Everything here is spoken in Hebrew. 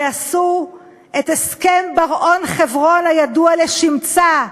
ועשו את הסכם בר-און חברון הידוע לשמצה,